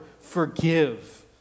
forgive